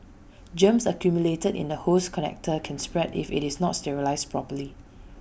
germs accumulated in the hose connector can spread if IT is not sterilised properly